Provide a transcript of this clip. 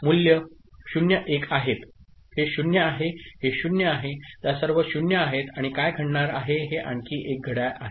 मूल्य 0 1 आहेत हे 0 आहे हे 0 आहे त्या सर्व 0 आहेत आणि काय घडणार आहे हे आणखी एक घड्याळ आहे